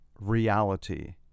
reality